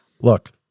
Look